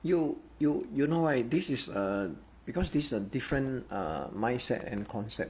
you you you know why this is err because this is a different err mindset and concept